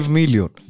million